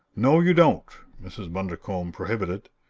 no, you don't! mrs. bundercombe prohibited.